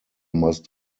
must